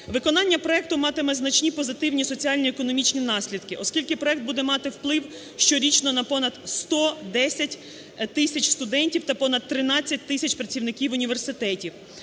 Виконання проекту матиме значні позитивні соціально-економічні наслідки, оскільки проект буде мати вплив щорічно понад 110 тисяч студентів та понад 13 тисяч працівників університетів.